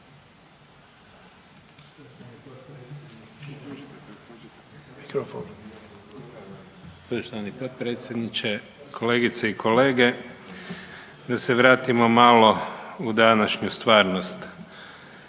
kolege, da se vratimo malo u današnju stvarnost.